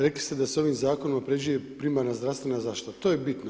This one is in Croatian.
Rekli ste da se ovim zakonom unapređuje primarna zdravstvena zaštita, to je bitno.